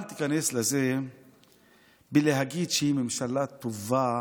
אל תיכנס לזה ותגיד שהיא ממשלה טובה,